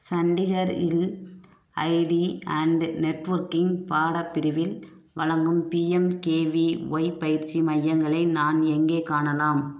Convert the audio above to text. சண்டிகர் இல் IT and networking பாடப் பிரிவில் வழங்கும் பிஎம்கேவிஒய் பயிற்சி மையங்களை நான் எங்கே காணலாம்